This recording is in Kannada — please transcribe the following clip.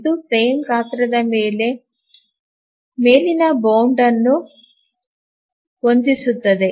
ಇದು ಫ್ರೇಮ್ ಗಾತ್ರದ ಮೇಲೆ ಮೇಲಿನ ಬೌಂಡ್ ಅನ್ನು ಹೊಂದಿಸುತ್ತದೆ